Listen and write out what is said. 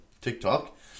TikTok